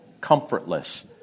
comfortless